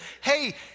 hey